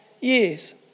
years